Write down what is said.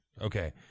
Okay